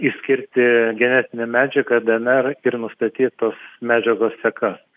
išskirti genetinę medžiagą dnr ir nustatyt tos medžiagos sekas